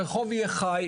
הרחוב יהיה חי,